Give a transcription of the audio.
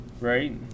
right